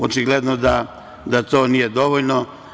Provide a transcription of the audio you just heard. Očigledno da to nije dovoljno.